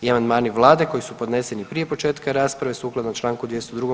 I amandmani Vlade koji su podneseni prije početka rasprave sukladno članku 202.